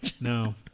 No